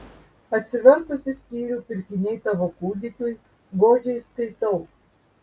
atsivertusi skyrių pirkiniai tavo kūdikiui godžiai skaitau